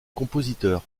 compositeur